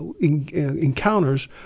encounters